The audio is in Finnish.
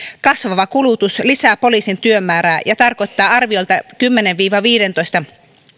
kasvava kulutus lisää poliisin työmäärää ja tarkoittaa arviolta kymmenen viiva viidentoista